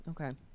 Okay